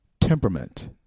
Temperament